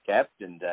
Captain